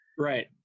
right